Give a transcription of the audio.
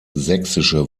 sächsische